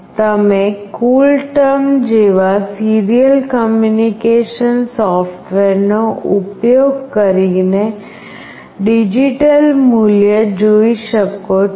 તમે CoolTerm જેવા serial communication software નો ઉપયોગ કરીને ડિજિટલ મૂલ્ય જોઈ શકો છો